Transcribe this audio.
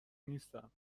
نیستم